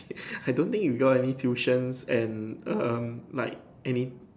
I don't think you go any tuitions and um like any